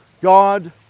God